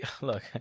look